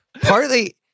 partly